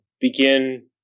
begin